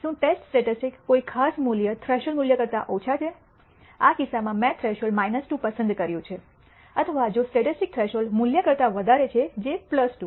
શું test statistics કોઈ ખાસ મૂલ્ય થ્રેશોલ્ડ મૂલ્ય કરતા ઓછા છે આ કિસ્સામાં મેં થ્રેશોલ્ડ 2 પસંદ કર્યું છે અથવા જો સ્ટેટિસ્ટિક્સ થ્રેશોલ્ડ મૂલ્ય કરતા વધારે છે જે 2